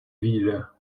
villes